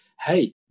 hey